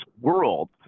world